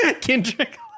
Kendrick